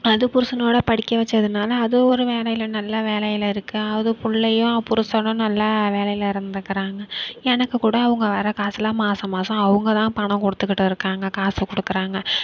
அது புருஷனோடய படிக்க வச்சதனால் அது ஒரு வேலையில் நல்ல வேலையில் இருக்குது அது பிள்ளையும் அவள் புருஷனும் நல்ல வேலையில் இருந்துக்கிறாங்க எனக்குக் கூட அவங்க வர்ற காசுலாம் மாசா மாசம் அவங்கதான் பணம் கொடுத்துக்கிட்டு இருக்காங்கள் காசு கொடுக்குறாங்க